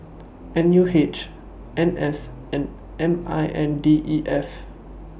N U H N S and M I N D E F